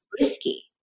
risky